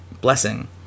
blessing